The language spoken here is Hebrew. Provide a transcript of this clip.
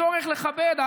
הצורך לכבד,